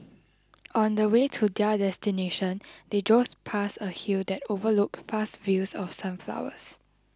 on the way to their destination they drove past a hill that overlooked vast fields of sunflowers